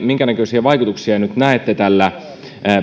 minkänäköisiä vaikutuksia nyt näette tällä